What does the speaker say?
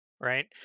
right